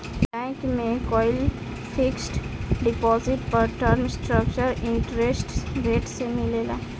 bank में कईल fixed deposit पर टर्म स्ट्रक्चर्ड इंटरेस्ट रेट से मिलेला